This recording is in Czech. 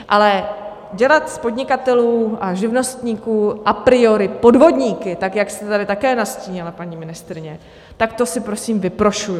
Ale dělat z podnikatelů a živnostníků a priori podvodníky, tak jak jste tady také nastínila, paní ministryně, tak to si prosím vyprošuji.